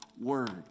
word